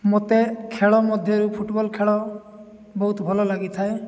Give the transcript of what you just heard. ମୋତେ ଖେଳ ମଧ୍ୟରୁ ଫୁଟବଲ୍ ଖେଳ ବହୁତ ଭଲ ଲାଗିଥାଏ